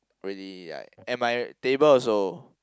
really like and my table also